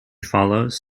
follows